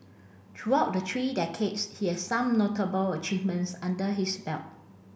throughout the three decades he has some notable achievements under his belt